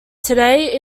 today